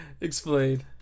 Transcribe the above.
Explain